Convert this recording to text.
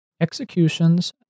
executions